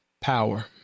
power